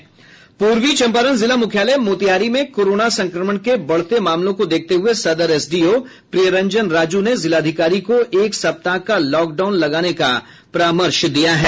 पूर्वी चम्पारण जिला मुख्यालय मोतिहारी में कोरोना संक्रमण के बढ़ते मामलों को देखते हुये सदर एसडीओ प्रीयरंजन राजू ने जिलाधिकारी को एक सप्ताह का लॉकडाउन लगाने का परामर्श दिया है